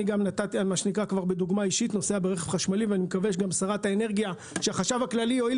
אני נוסע ברכב חשמלי ואני מקווה שהחשב הכללי הואיל